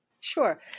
Sure